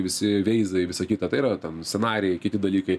visi veizai visa kita tai yra ten scenarijui kiti dalykai